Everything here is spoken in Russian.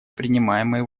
принимаемые